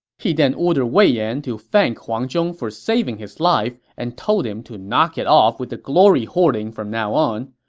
he then ordered wei yan to thank huang zhong for saving his life and told him to knock it off with the glory hoarding from now on.